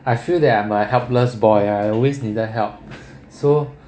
I feel that I'm a helpless boy I always needed help so